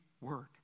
word